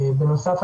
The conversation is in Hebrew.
בנוסף,